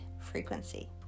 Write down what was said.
frequency